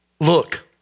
Look